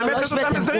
נאמץ את אותם הסדרים.